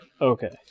okay